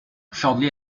shortly